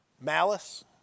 Malice